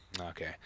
Okay